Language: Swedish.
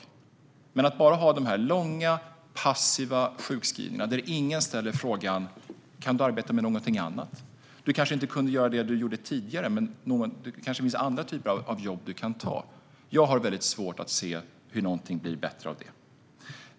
Men jag talar om att bara ha de här långa, passiva sjukskrivningarna där ingen frågar: "Kan du arbeta med någonting annat? Du kanske inte kan göra det du gjorde tidigare, men det kanske finns andra typer av jobb du kan ta?" Jag har svårt att se hur någonting blir bättre av det.